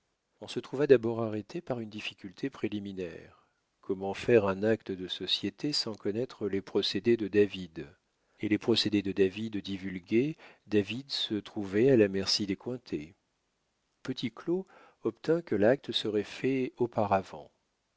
on se trouva d'abord arrêté par une difficulté préliminaire comment faire un acte de société sans connaître les procédés de david et les procédés de david divulgués david se trouvait à la merci des cointet petit claud obtint que l'acte serait fait auparavant